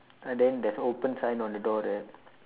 and then there's open sign on the door there